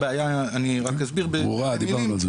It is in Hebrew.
אני רק אסביר בכמה מילים: בגוגל,